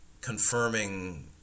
confirming